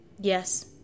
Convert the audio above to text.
yes